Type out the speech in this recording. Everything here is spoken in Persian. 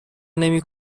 نمی